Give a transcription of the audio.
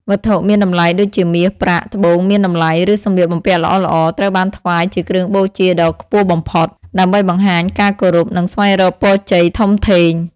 វត្ថុមានតម្លៃដូចជាមាស ប្រាក់ ត្បូងមានតម្លៃ ឬសម្លៀកបំពាក់ល្អៗ ត្រូវបានថ្វាយជាគ្រឿងបូជាដ៏ខ្ពស់បំផុត ដើម្បីបង្ហាញការគោរព និងស្វែងរកពរជ័យធំធេង។